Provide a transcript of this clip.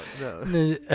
no